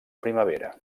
primavera